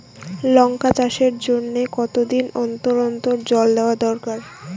লঙ্কা চাষের জন্যে কতদিন অন্তর অন্তর জল দেওয়া দরকার?